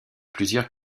plusieurs